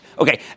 Okay